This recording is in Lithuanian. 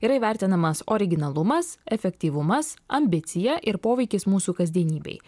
yra įvertinamas originalumas efektyvumas ambicija ir poveikis mūsų kasdienybei